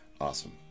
awesome